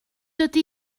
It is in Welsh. ydy